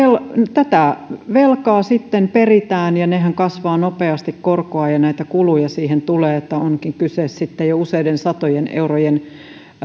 velkaa peritään ja sehän kasvaa nopeasti korkoa ja kuluja siihen tulee niin että onkin kyse sitten jo useiden satojen eurojen